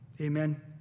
Amen